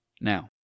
Now